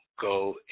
go